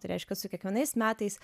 tai reiškia su kiekvienais metais